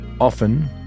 Often